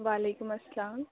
وعلیکم السّلام